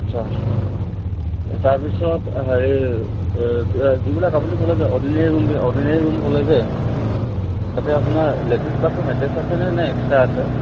আচ্ছা তাৰপিছত হেৰি যিবিলাক আপুনি ক'লে যে অৰ্ডিনেৰী ৰুম অৰ্ডিনেৰী ৰুম ক'লে যে তাতে আপোনাৰ লেট্ৰিন বাথৰুম এটেচ আছেনে নে এক্সট্ৰা আছে